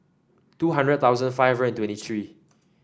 two hundred thousand five hundred twenty three